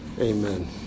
Amen